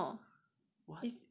I don't know